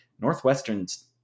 Northwestern's